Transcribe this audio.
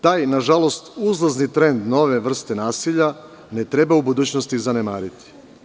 Taj uzlazni trend nove vrste nasilja, ne treba u budućnosti zanemariti.